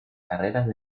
carreras